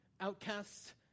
outcasts